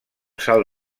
salt